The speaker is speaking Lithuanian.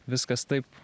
viskas taip